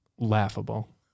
laughable